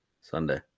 Sunday